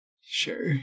Sure